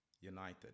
united